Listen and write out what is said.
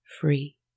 free